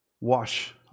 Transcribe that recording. wash